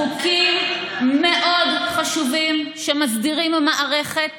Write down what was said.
אלה חוקים מאוד חשובים, שמסדירים מערכת